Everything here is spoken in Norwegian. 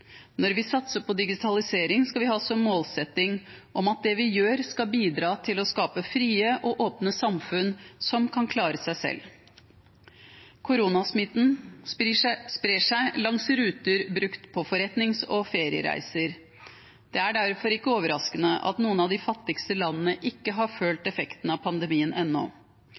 Når vi satser på digitalisering, skal vi ha som målsetting at det vi gjør, skal bidra til å skape frie og åpne samfunn som kan klare seg selv. Koronasmitten sprer seg langs ruter brukt på forretnings- og feriereiser. Det er derfor ikke overraskende at noen av de fattigste landene ikke har følt effekten av pandemien ennå.